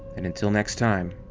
and until next time,